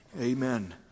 amen